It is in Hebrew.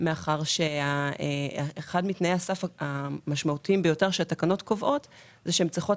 מאחר ואחד מתנאי הסף המשמעותיים שהתקנות קובעות זה שהן צריכות